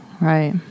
right